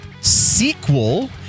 sequel